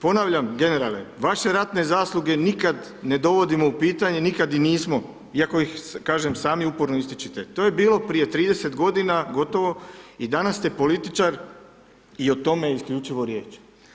Ponavljam, generale vaše ratne zasluge nikad ne dovodimo u pitanje, nikad ni nismo, iako ih kažem sami uporno ističete to je bilo prije 30 godina gotovo i danas ste političar i o tome je isključivo riječ.